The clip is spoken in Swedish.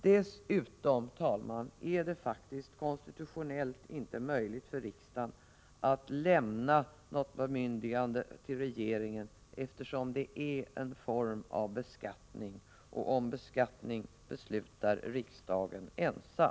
Dessutom, herr talman, är det faktiskt konstitutionellt inte möjligt för riksdagen att lämna något bemyndigande till regeringen, eftersom det gäller en form av beskattning. Och om beskattning beslutar riksdagen ensam.